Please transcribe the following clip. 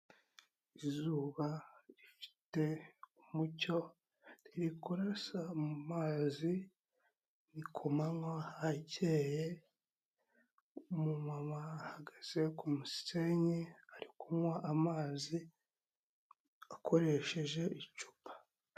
Izuba rifite umucyo riri kurasa mu mazi, ni ku manywa hakeye, umumuma ahagaze ku ku musenyi ari kunywa amazi akoresheje icupa.